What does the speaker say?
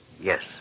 Yes